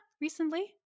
recently